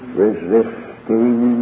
resisting